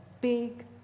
big